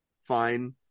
fine